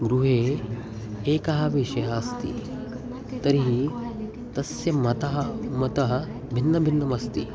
गृहे एकः विषयः अस्ति तर्हि तस्य मतं मतं भिन्नभिन्नमस्ति